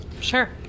Sure